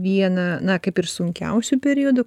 vieną na kaip ir sunkiausiu periodu